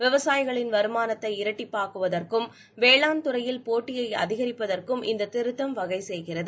விவசாயிகளின் வருமானத்தை இரட்டிப்பாக்குவதற்கும் வேளான் துறையில் போட்டியை அதிகரிப்பதற்கும் இந்த திருத்தம் வகை செய்கிறது